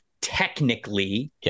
technically